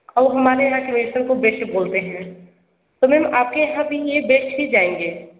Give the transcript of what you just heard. और हमारे यहाँ के को बेस्ट बोलते हैं तो मेम आपके यहाँ भी ये बेस्ट ही जाएंगे